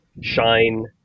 shine